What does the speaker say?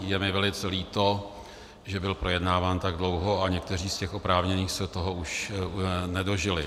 Je mi velice líto, že byl projednáván tak dlouho a někteří z těch oprávněných se toho už nedožili.